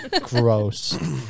gross